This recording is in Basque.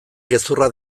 gezurra